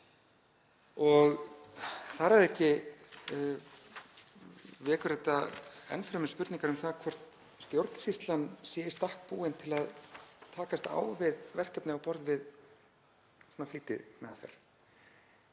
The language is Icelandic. Þar að auki vekur þetta enn fremur spurningar um það hvort stjórnsýslan sé í stakk búin til að takast á við verkefni á borð við svona flýtimeðferð.